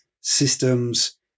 systems